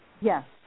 Yes